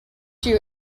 you